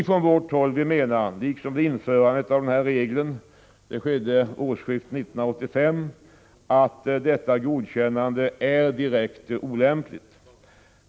Från vårt håll menar vi — liksom vid införandet av denna regel, vilket skedde vid årsskiftet 1984-1985 — att detta godkännande är direkt olämpligt.